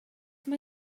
mae